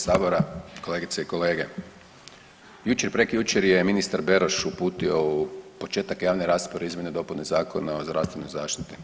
sabora, kolegice i kolege, jučer, prekjučer je ministar Beroš uputio u početak javne rasprave izmjene i dopune Zakona o zdravstvenoj zaštiti.